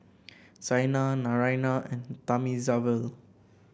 Saina Naraina and Thamizhavel